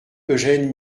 eugène